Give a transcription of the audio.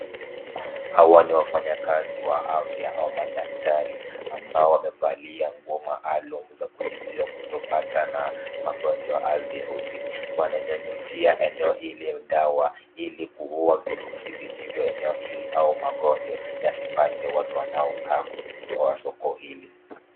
Hawa ni wafanyakazi wa afya au madaktari ambao wamevalia nguo maalum za kujizuia kutopata na magonjwa ya virusi. Wana nyunyuzia eneo ili dawa ili kuua virusi vilivyo eneo hili au magonjwa yasipate watu wanao kaa soko hili.